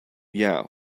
yeah